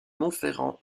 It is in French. montferrand